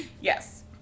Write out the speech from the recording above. yes